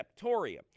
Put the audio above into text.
septoria